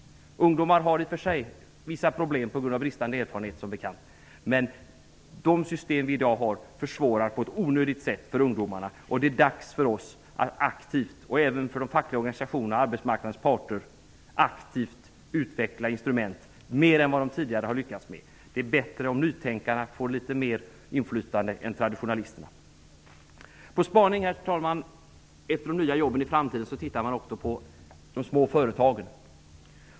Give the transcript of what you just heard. Ungdomar har som bekant vissa problem på grund av bristande erfarenhet, men de system vi har i dag försvårar på ett onödigt sätt för ungdomarna. Det är dags för oss och även för de fackliga organisationerna samt för arbetsmarknadens parter att mer aktivt än man tidigare har lyckats med utveckla instrument. Det är bättre om nytänkarna får litet mer inflytande än traditionalisterna. På spaning efter de nya jobben i framtiden tittar man också på de små företagen.